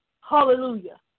Hallelujah